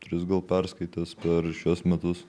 tris gal perskaitęs per šiuos metus